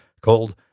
called